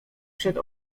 przed